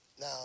Now